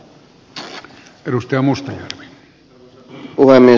arvoisa puhemies